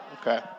okay